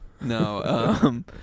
No